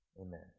Amen